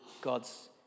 God's